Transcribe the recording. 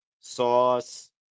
Sauce